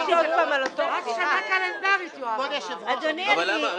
זה על שנה קלנדרית, יואב אמר.